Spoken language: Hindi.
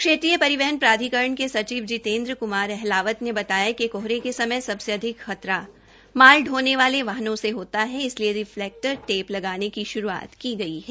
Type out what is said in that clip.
क्षेत्रीय परिवहन प्रधिकरण के सचिव जितन्द्र कुमार अहलावत ने बताया कि कोहरे के समय सबसे अधिक खतरा माल ढोने वाले वाहनों से होता है इसलिए रिफ्लेक्टर टेप लगाने की शुरुआत की गई है